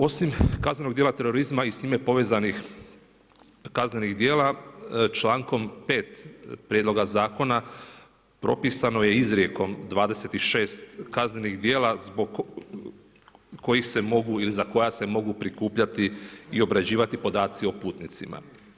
Osim kaznenog djela terorizma i s njime povezanih kaznenih djela, člankom 5. prijedloga zakona propisano je izrijekom 26. kaznenih djela zbog kojih se mogu ili za koja se mogu prikupljati i obrađivati podaci o putnicima.